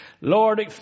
Lord